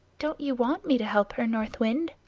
don't you want me to help her, north wind?